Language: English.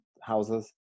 houses